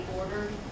ordered